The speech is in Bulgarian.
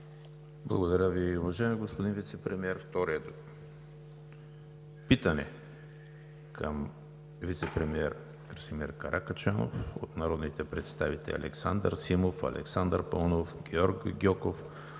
Благодаря Ви, уважаеми господин Вицепремиер. Питане към вицепремиера Красимир Каракачанов от народните представители Александър Симов, Александър Паунов, Георги Гьоков